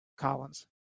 Collins